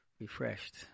refreshed